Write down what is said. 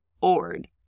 ord